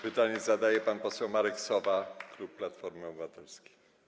Pytanie zadaje pan poseł Marek Sowa, klub Platformy Obywatelskiej.